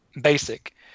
basic